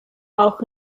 auch